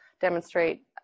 demonstrate